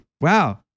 Wow